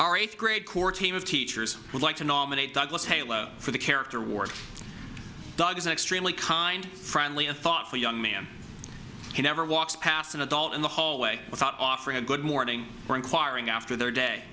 our eighth grade core team of teachers would like to nominate douglas halo for the character award doug is extremely kind friendly a thoughtful young man who never walks past an adult in the hallway without offering a good morning or inquiring after their day